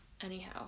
anyhow